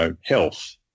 health